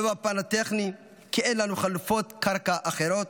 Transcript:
לא בפן הטכני, כי אין לנו חלופות קרקע אחרות,